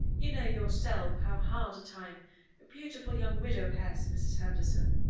you know yourself how hard a time a beautiful young widow has, mrs. henderson,